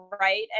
right